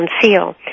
Seal